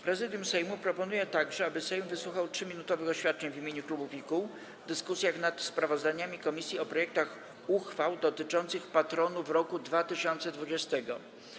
Prezydium Sejmu proponuje także, aby Sejm wysłuchał 3-minutowych oświadczeń w imieniu klubów i kół w dyskusjach nad sprawozdaniami komisji o projektach uchwał dotyczących patronów roku 2020.